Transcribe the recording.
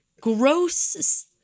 gross